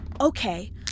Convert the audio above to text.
Okay